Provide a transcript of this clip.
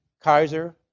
Kaiser